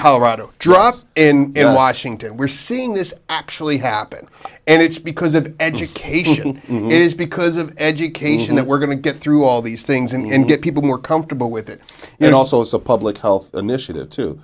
colorado drops in washington we're seeing this actually happen and it's because the education is because of education that we're going to get through all these things and get people more comfortable with it and it also is a public health initiative to